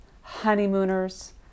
honeymooners